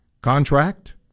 contract